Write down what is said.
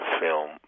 film